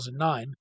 2009